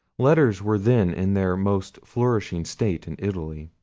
letters were then in their most flourishing state in italy,